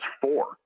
four